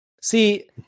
see